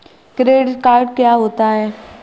Credit card क्या होता है?